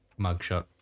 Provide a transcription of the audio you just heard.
mugshot